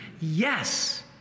Yes